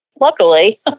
luckily